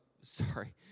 sorry